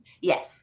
Yes